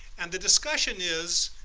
and the discussion is,